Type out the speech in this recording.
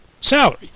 salary